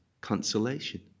consolation